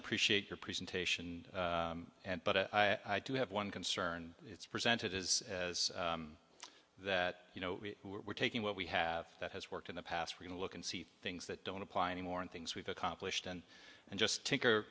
appreciate your presentation and but i do have one concern it's presented as as that you know we're taking what we have that has worked in the past we can look and see things that don't apply anymore and things we've accomplished and and just